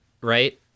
right